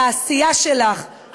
העשייה שלך,